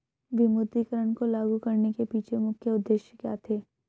विमुद्रीकरण को लागू करने के पीछे मुख्य उद्देश्य क्या थे?